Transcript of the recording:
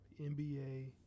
NBA